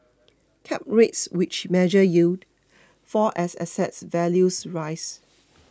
cap rates which measure yield fall as asset values rise